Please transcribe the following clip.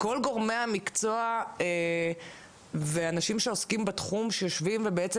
כל גורמי המקצוע ואנשים שעוסקים בתחום שיושבים ובעצם